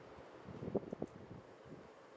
S>